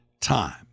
time